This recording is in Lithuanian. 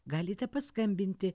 galite paskambinti